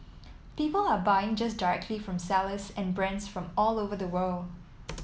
people are buying just directly from sellers and brands from all of the world